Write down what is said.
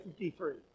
53